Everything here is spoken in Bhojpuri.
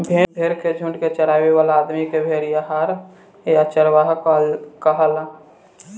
भेड़ के झुंड के चरावे वाला आदमी के भेड़िहार या चरवाहा कहाला